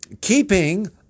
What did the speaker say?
keeping